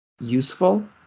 useful